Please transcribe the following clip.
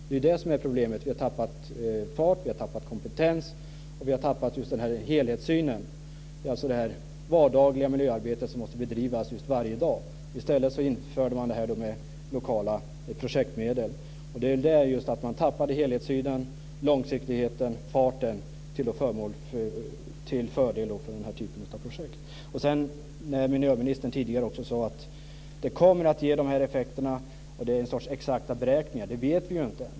Det är ju det som är problemet, att vi har tappat fart, att vi har tappat kompetens och att vi har tappat just den här helhetssynen. Det är alltså det vardagliga miljöarbetet som måste bedrivas varje dag. I stället införde man lokala projektmedel. Men då tappade man helhetssynen, långsiktigheten och farten till fördel för den här typen av projekt. Miljöministern sade att det kommer att ge dessa effekter. Det är någon sorts exakta beräkningar. Men det vet vi ju inte än.